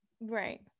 Right